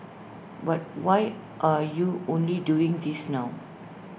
but why are you only doing this now